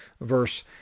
verse